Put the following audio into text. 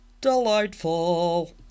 delightful